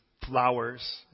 Flowers